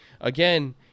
again